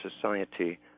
society